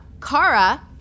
Kara